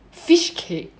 fish cake